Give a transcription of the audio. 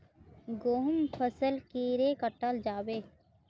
गहुम फसल कीड़े कटाल जाबे?